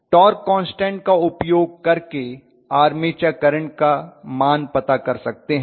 torque constant का उपयोग करके आर्मेचर करंट का मान पता कर सकते हैं